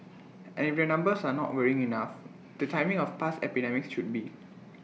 and if the numbers are not worrying enough the timing of past epidemics should be